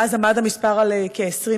שאז עמד המספר על כ-20,000.